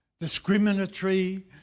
discriminatory